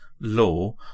law